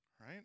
right